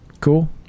Cool